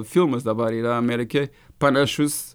filmas dabar yra amerikie panašus